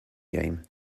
game